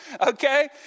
Okay